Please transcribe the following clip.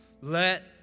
Let